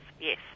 yes